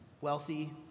wealthy